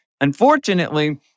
Unfortunately